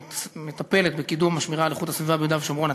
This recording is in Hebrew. שמטפלת בקידום השמירה על איכות הסביבה ביהודה ושומרון,